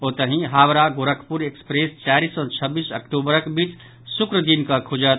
ओतहि हावड़ा गोरखपुर एक्सप्रेस चारि सॅ छब्बीस अक्टूबरक बीच शुक्र दिन कऽ खुजत